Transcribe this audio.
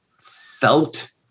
felt